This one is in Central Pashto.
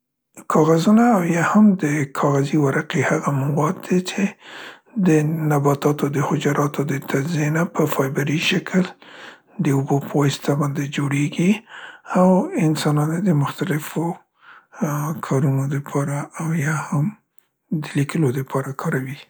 کاغذونه او یا هم د کاغذي ورقې هغه مواد دي څې د نباتاتو د حجراتو د تجزیې نه په فایبري شکل د اوبو په واسطه باندې جوړیګي او انسانان یې د مختلفو ا، کارونو دپاره او یا هم د لیکلو دپاره کاروي.